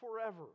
forever